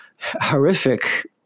horrific